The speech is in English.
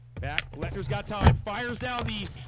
back letters got tied fires down the